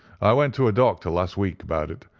i went to a doctor last week about it,